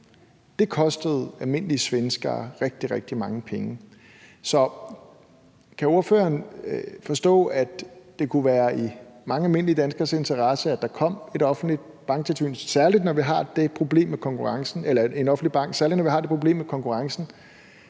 Det kostede almindelige svenskere rigtig, rigtig mange penge. Så kan ordføreren forstå, at det kunne være i mange almindelige danskeres interesse, at der kom en offentlig bank, særlig når vi har det problem med konkurrencen,